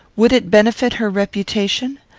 would it benefit her reputation?